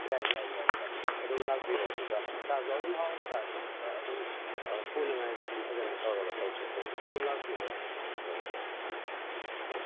ꯌꯥꯏ ꯌꯥꯏ ꯌꯥꯏ ꯌꯥꯏ ꯑꯗꯨꯝ ꯂꯥꯛꯄꯤꯔꯣ ꯑꯗꯨꯒ ꯆꯥꯁꯨ ꯑꯗꯨꯝ ꯍꯥꯎꯅ ꯆꯥꯁꯦ ꯑꯗꯨꯒ ꯑꯗꯨꯝ ꯄꯨꯅꯤꯡꯉꯥꯏꯁꯨ ꯑꯗꯨꯝ ꯐꯖꯅ ꯇꯧꯔꯒ ꯇꯧꯁꯦ ꯑꯗꯨꯝ ꯑꯗꯨꯝ ꯂꯥꯛꯄꯤꯔꯣ ꯑꯗꯨꯝ ꯍꯣꯏ ꯍꯣꯏ ꯑꯧ